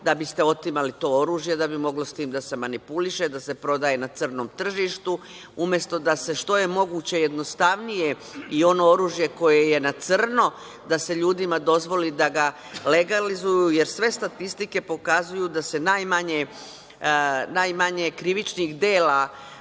da bi ste otimali to oružje da bi moglo sa tim da se manipuliše, da se prodaje na crnom tržištu, umesto da se što je moguće jednostavnije i ono oružje koje je na crno, da se ljudima dozvoli da ga legalizuju. Sve statistike pokazuju da se najmanje krivičnih dela,